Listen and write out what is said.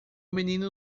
menino